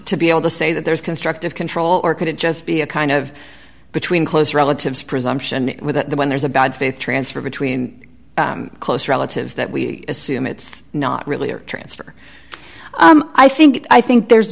to be able to say that there's constructive control or could it just be a kind of between close relatives presumption it with the when there's a bad faith transfer between close relatives that we assume it's not really or transfer i think i think there's